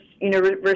University